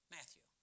Matthew